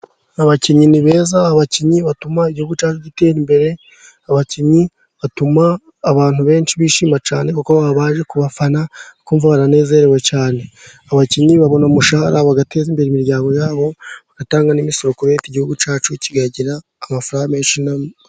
Abakinnyi ni beza. Abakinnyi batuma igihugu cyacu gitera imbere. Abakinnyi batuma abantu benshi bishima cyane, kuko baba baje kubafana bakumva baranezerewe cyane. Abakinnyi babona umushahara bagateza imbere imiryango yabo, bagatanga n'imisoro igihugu cyacu kigagira amafaranga menshi.